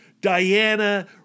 Diana